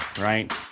right